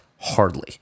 hardly